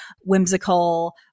Whimsical